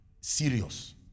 serious